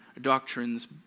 doctrines